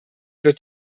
wird